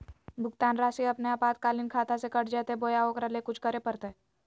भुक्तान रासि अपने आपातकालीन खाता से कट जैतैय बोया ओकरा ले कुछ करे परो है?